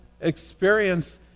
experience